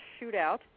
Shootout